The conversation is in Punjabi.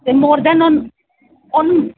ਅਤੇ ਮੋਰ ਦੈਨ ਉਨ ਉਹਨੂੰ